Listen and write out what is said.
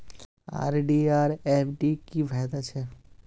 RD आर FD की फ़ायदा छे?